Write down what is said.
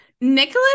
Nicholas